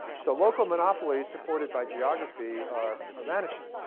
so local monopolies supported by geography are are vanishing.